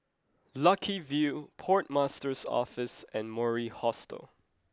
Lucky View Port Master's Office and Mori Hostel